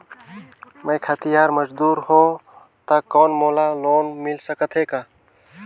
मैं खेतिहर मजदूर हों ता कौन मोला लोन मिल सकत हे का?